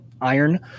iron